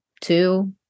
two